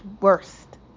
worst